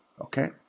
okay